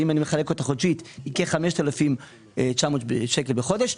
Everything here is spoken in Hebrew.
אבל אם אני מחלק אותה חודשית היא כ-5,900 שקל בחודש.